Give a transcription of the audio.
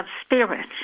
spirit